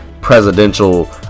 presidential